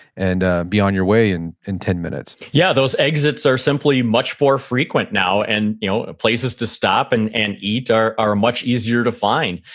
and ah be on your way in in ten minutes yeah, those exits are simply much more frequent now, and you know places to stop and and eat are are much easier to find.